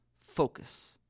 focus